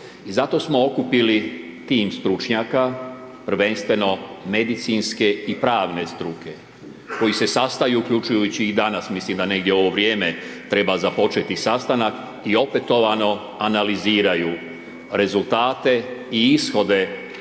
I zato smo okupili tim stručnjaka, prvenstveno medicinske i pravne struke, koji se sastaju, uključujući i danas, mislim da negdje u ovo vrijeme treba započeti sastanak, i opetovano analiziraju rezultate i ishode